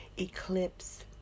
eclipse